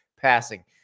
passing